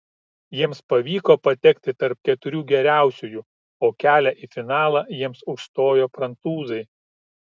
jiems pavyko patekti tarp keturių geriausiųjų o kelią į finalą jiems užstojo prancūzai